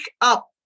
up